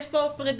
יש פה פרידה.